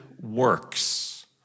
works